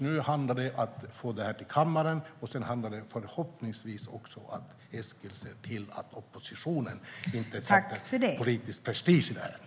Nu handlar det om att få det här till kammaren och sedan handlar det också om att Eskil förhoppningsvis ser till att oppositionen inte lägger politisk prestige i det här.